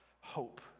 hope